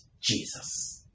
Jesus